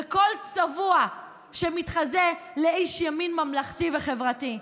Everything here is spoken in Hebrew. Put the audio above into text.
וכל צבוע שמתחזה לאיש ימין ממלכתי וחברתי.